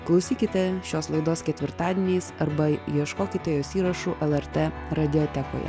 klausykite šios laidos ketvirtadieniais arba ieškokite jos įrašų lrt radiotekoje